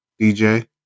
DJ